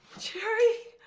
jerry?